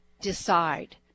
decide